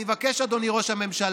אני מבקש, אדוני ראש הממשלה,